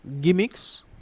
Gimmicks